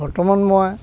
বৰ্তমান মই